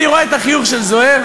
אני רואה את החיוך של זוהיר,